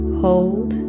hold